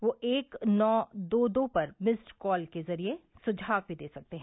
वे एक नौ दो दो पर मिस्ड कॉल के जरिए भी सुझाव दे सकते हैं